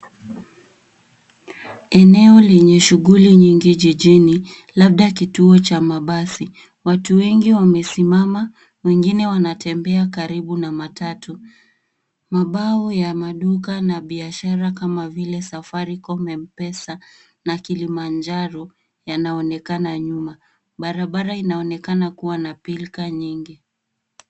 Eneo lenye shughuli nyingi jijini, labda kituo cha mabasi .Watu wengi wamesimama, wengine wanatembea karibu na matatu. Mabao ya maduka na biashara kama vile Safaricom Mpesa, na Kilimanjaro yanaonekana nyuma. Barabara inaonekana kuwa na pilka nyingi.